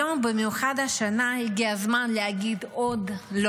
היום, במיוחד השנה, הגיע הזמן להגיד: לא עוד.